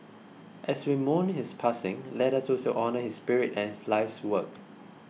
as we mourn his passing let us also honour his spirit and his life's work